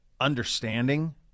understanding